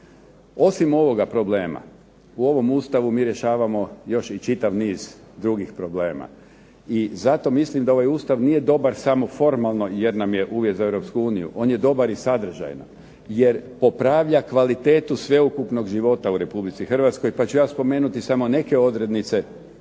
Osim ovoga problema, u ovom Ustavu mi rješavamo još i čitav niz drugih problema. I zato mislim da ovaj Ustav nije dobar samo formalno jer nam je uvjet za Europsku uniju, on je dobar i sadržajno, jer popravlja kvalitetu sveukupnog života u Republici Hrvatskoj, pa ću ja spomenuti samo neke odrednice